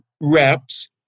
reps